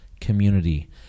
community